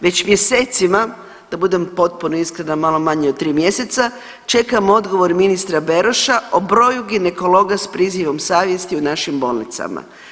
Već mjesecima da budem potpuno iskrena malo manje od 3 mjeseca čekam odgovor ministra Beroša o broju ginekologa s prizivom savjesti u našim bolnicama.